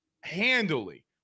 handily